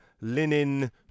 linen